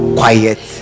quiet